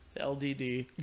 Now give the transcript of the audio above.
LDD